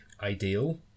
ideal